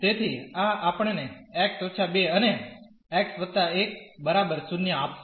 તેથી આ આપણને x −2 અને x 1 બરાબર 0 આપશે